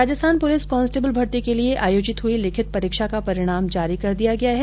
Rajasthan police constable भर्ती के लिए आयोजित हुई लिखित परीक्षा का परिणाम जारी कर दिया गया है